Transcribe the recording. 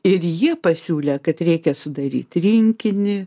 ir jie pasiūlė kad reikia sudaryti rinkinį